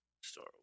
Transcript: Star